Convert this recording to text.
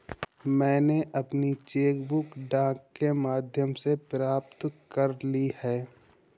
मैनें अपनी cheque book डाक के माध्यम से प्राप्त कर ली है